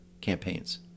campaigns